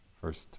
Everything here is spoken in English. First